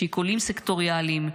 שיקולים סקטוריאליים.